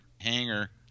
hangar